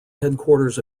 headquarters